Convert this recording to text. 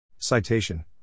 Citation